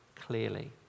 clearly